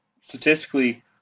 statistically